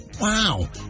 wow